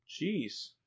Jeez